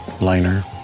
liner